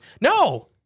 No